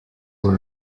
were